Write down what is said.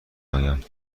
آیم